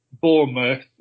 Bournemouth